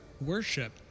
worship